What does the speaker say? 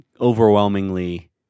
overwhelmingly